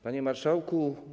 Panie Marszałku!